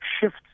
shifts